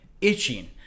itching